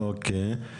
אוקיי.